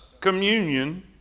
communion